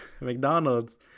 mcdonald's